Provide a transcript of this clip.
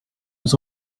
was